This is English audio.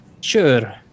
Sure